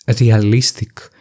realistic